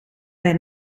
bij